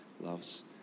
loves